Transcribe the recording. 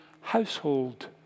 household